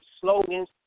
slogans